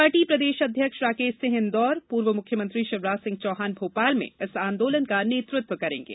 party प्रदेश अध्यक्ष राकेश सिंह इन्दौर पूर्व मुख्यमंत्री शिवराज सिंह चौहान भोपाल में इस आंदोलन का नेतृत्व करेंगे